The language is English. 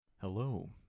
Hello